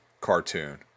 cartoon